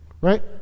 right